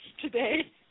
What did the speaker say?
today